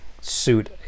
suit